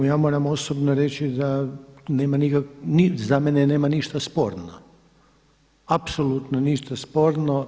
Ja moram osobno reći da nema, za mene nema ništa sporno, apsolutno ništa sporno.